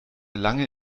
lange